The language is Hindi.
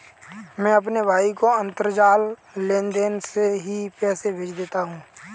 मैं अपने भाई को अंतरजाल लेनदेन से ही पैसे भेज देता हूं